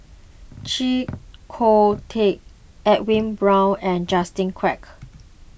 Chee Kong Tet Edwin Brown and Justin Quek